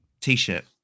T-shirt